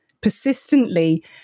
persistently